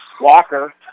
Walker